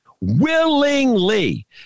willingly